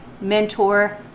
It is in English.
mentor